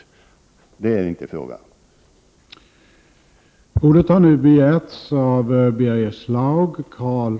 Men det är det inte fråga om.